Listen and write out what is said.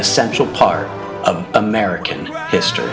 essential part of american history